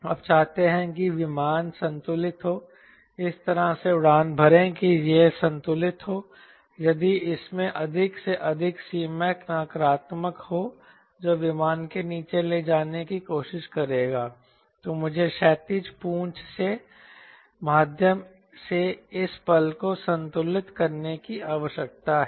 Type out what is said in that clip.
आप चाहते हैं कि एक विमान संतुलित हो इस तरह से उड़ान भरे कि यह संतुलित हो यदि इसमें अधिक से अधिक Cmac नकारात्मक हो जो विमान को नीचे ले जाने की कोशिश करेगा तो मुझे क्षैतिज पूंछ के माध्यम से इस पल को संतुलित करने की आवश्यकता है